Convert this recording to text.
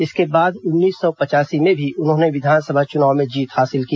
इसके बाद उन्नीस सौ पचासी में भी उन्होंने विधानसभा चुनाव में जीत हासिल की